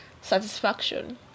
satisfaction